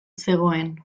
zegoen